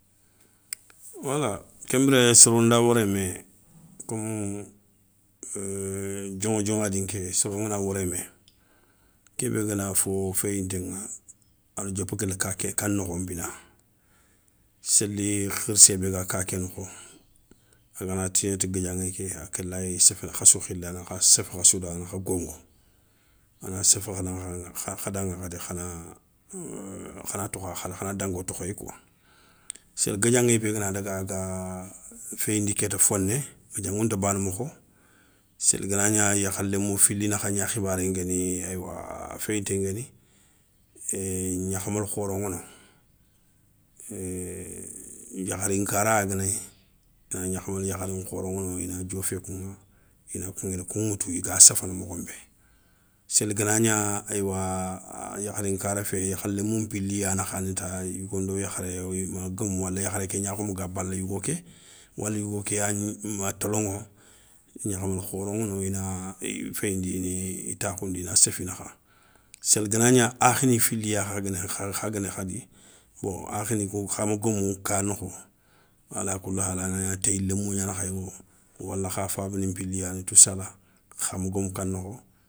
Wala ken biré soro nda worémé, komou dioŋa dioŋadi nké sorongana worémé, ké bé gana fo féyintéŋa, ada diopa guéli kaké ka nokho npina, séli khirssé bé ga kaké nokho agana tiné ti guédiaŋé ké a ké layi séféné khassou khili ana kha séfé khassou da ana kha gongo, ana séfé kha nakha kha daŋa khadi khana, khana tokha khalé khana dango tokhéyi kouwa. Séli guédiaŋé bé gana daga aga féyindi kéta foné guédiaŋou nta bana mokho, séli ganagna yeukha lémou fili khibaré gna guéni eywa a féyinté nguéni, ééé gnakhamala khoro ŋano, yakharin kara ganagni a gna gnakhamala yakharin nkhoro ŋa no ina diofé kouŋa ina kouŋa i kou ŋa tou i ga safana mokhonbé. Séli ganagna éywa, a yakharin karafé yeukha lémo npili ya nakhana ta yougo do yakharé ima geumou wala yakharé ké gna kho ga bala yougoké. Wala yougo ké yama toloŋo, gnakhamala khoro ŋa no ina féyindi ini takhoundi, ina séfi nakha. Séli ganagna akhi ni fili ya kha guéni kha guéni khadi bon akhinikou khama geumou ka nokho, alakoulahal agna téyi lémo gnana khaywo wala kha fabanin pili yani toussala khama geumou ka nokho.